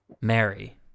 Mary